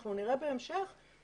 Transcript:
בהמשך נראה את זה,